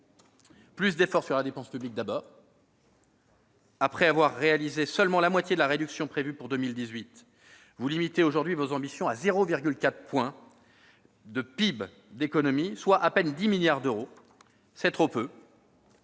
Plus d'efforts sur la dépense publique, tout d'abord : après avoir réalisé seulement la moitié de la réduction prévue pour 2018, vous limitez aujourd'hui vos ambitions à 0,4 point de PIB d'économies, soit à peine 10 milliards d'euros. C'est trop peu.